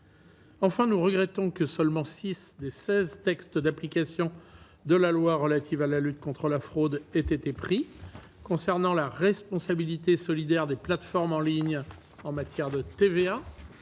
enfin nous regrettons que seulement 6 des 16 textes d'application de la loi relative à la lutte contre la fraude, été pris concernant la responsabilité solidaire des plateformes en ligne en matière de TVA